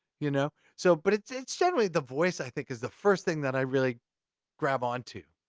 you know? so but it's it's generally the voice, i think is the first thing that i really grab onto.